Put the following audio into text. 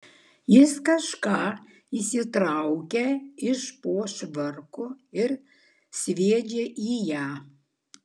jis kažką išsitraukia iš po švarko ir sviedžia į ją